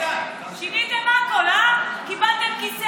אתה היית חתום על ההצעה הזאת, היית חתום.